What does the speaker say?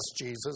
Jesus